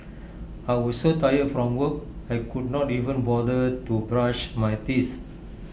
I was so tired from work I could not even bother to brush my teeth